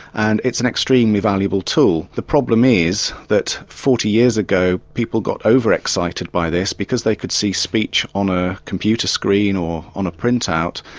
and it's an extremely valuable tool. the problem is that forty years ago people got over excited by this. because they could see speech on a computer screen or on a print-out,